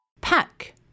Pack